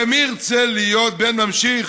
הרי מי ירצה להיות בן ממשיך